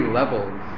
levels